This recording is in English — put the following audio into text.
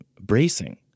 bracing